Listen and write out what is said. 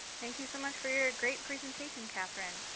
thank you so much for your great presentation, catherine.